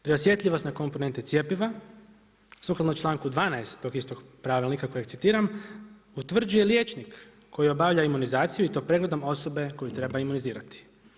Preosjetljivost na komponente cjepiva sukladno čl. 12. tog istog pravilnika kojeg citiram utvrđuje liječnik koji obavlja imunizaciju i to pregledom osobe koju treba imunizirati.